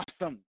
awesome